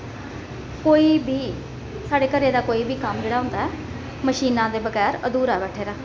कोई बी साढ़े घरै दा कोई बी कम्म जेह्ड़ा होंदा ऐ मशीना दे बगैर अधूरा बैठा दा ऐ